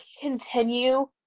continue